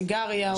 סיגריה,